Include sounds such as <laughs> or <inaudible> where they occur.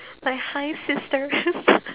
like hi sisters <laughs>